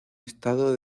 estado